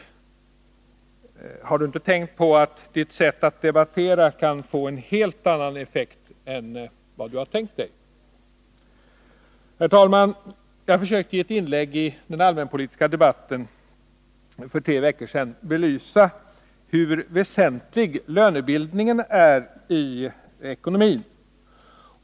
Har ni inte tänkt på att ert sätt att debattera kan få en helt annan effekt än vad ni har tänkt er? Herr talman! Jag försökte i ett inlägg i den allmänpolitiska debatten för tre veckor sedan belysa hur väsentlig lönebildningen är i ekonomin.